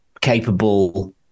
capable